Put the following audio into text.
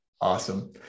Awesome